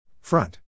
Front